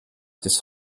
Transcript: des